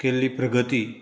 केल्ली प्रगती